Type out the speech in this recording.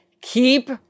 keep